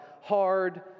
hard